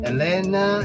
Elena